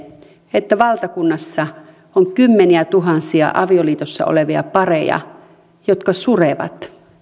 että valtakunnassa on kymmeniätuhansia avioliitossa olevia pareja jotka surevat